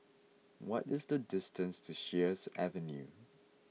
what is the distance to Sheares Avenue